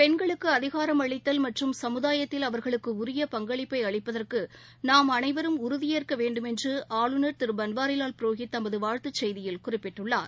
பெண்களுக்கு அதிகாரம் அளித்தல் மற்றும் சமுதாயத்தில் அவாகளுக்கு உரிய பங்களிப்பை அளிப்பதற்கு நாம் அனைவரும் உறுதியேற்க வேண்டுமென்று ஆளுநர் திரு பன்வாரிலால் புரோஹித் தமது வாழ்த்துச் செய்தியில் குறிப்பிட்டுள்ளார்